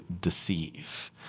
deceive